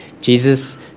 Jesus